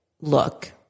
look